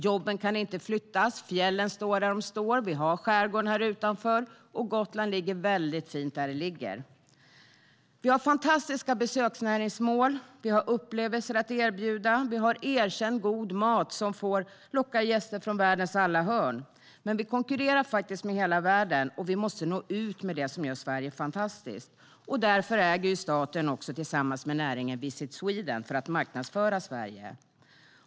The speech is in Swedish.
Jobben kan inte flyttas - fjällen står där de står, vi har skärgården här utanför och Gotland ligger väldigt fint där det ligger. Vi har fantastiska besöksnäringsmål. Vi har upplevelser att erbjuda. Vi har en erkänt god mat som lockar gäster från världens alla hörn. Men vi konkurrerar faktiskt med hela världen, och vi måste nå ut med det som gör Sverige fantastiskt. Därför äger staten tillsammans med näringen Visit Sweden för att marknadsföra Sverige.